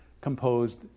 composed